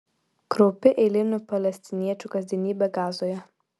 kraupi eilinių palestiniečių kasdienybė gazoje